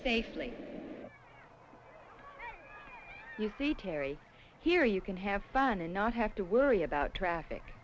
safely you see terry here you can have fun and not have to worry about traffic